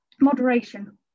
moderation